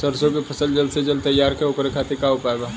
सरसो के फसल जल्द से जल्द तैयार हो ओकरे खातीर का उपाय बा?